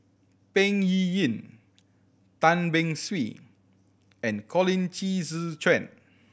Peng Yuyun Tan Beng Swee and Colin Qi Zhe Quan